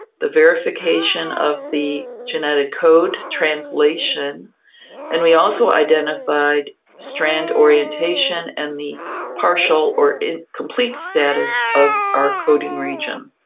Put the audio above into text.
the verification of the genetic code translation and we also identified strand orientation and the partial or incomplete status of our coding region.